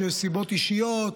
כשיש סיבות אישיות,